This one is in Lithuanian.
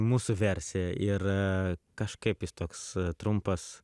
mūsų versija ir kažkaip jis toks trumpas